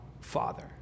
Father